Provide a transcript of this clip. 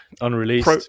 unreleased